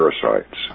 parasites